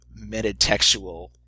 metatextual